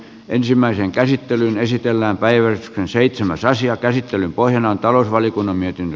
ensimmäisen käsittelyn esitellään päivä on seitsemäs asian käsittelyn pohjana on talousvaliokunnan mietintö